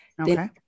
Okay